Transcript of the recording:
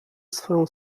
swoją